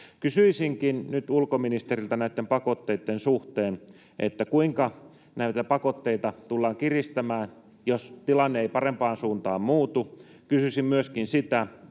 Kysyisinkin nyt ulkoministeriltä näitten pakotteitten suhteen, kuinka näitä pakotteita tullaan kiristämään, jos tilanne ei parempaan suuntaan muutu. Kysyisin myöskin sitä,